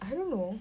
I don't know